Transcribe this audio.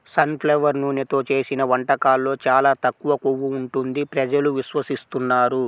sun flower నూనెతో చేసిన వంటకాల్లో చాలా తక్కువ కొవ్వు ఉంటుంది ప్రజలు విశ్వసిస్తున్నారు